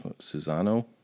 Susano